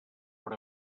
per